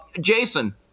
Jason